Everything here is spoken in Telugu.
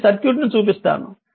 కాబట్టి సర్క్యూట్ ను చూపిస్తాను